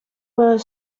were